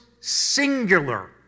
singular